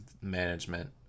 management